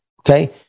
Okay